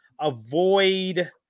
Avoid